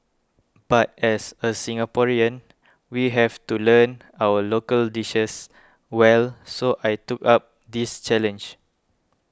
but as a Singaporean we have to learn our local dishes well so I took up this challenge